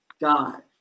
God